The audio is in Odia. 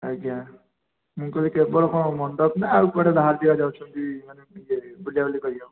ଆଜ୍ଞା ମୁଁ କହିଲି କେବଳ କ'ଣ ମଣ୍ଡପ ନା ଆଉ କୁଆଡ଼େ ବାହାର ଯାଗା ଯାଉଛନ୍ତି ମାନେ ବୁଲାବୁଲି କରିବାକୁ